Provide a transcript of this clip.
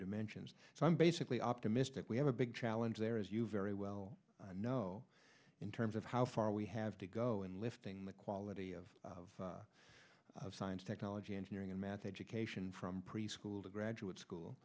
dimensions so i'm basically optimistic we have a big challenge there as you very well know in terms of how far we have to go in lifting the quality of science technology engineering and math education from preschool to graduate school